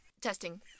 Testing